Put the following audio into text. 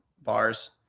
bars